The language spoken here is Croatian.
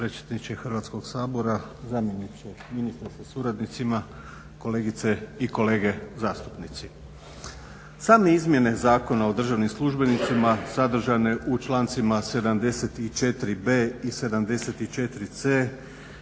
potpredsjedniče Hrvatskog sabora, zamjeniče ministra sa suradnicima, kolegice i kolege zastupnici. Same izmjene Zakona o državnim službenicima sadržane u člancima 74.b i 74.c